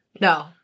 No